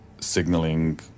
signaling